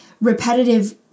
repetitive